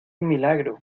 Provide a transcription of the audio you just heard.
milagro